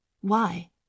Why